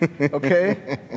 okay